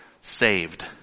saved